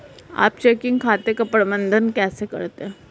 आप चेकिंग खाते का प्रबंधन कैसे करते हैं?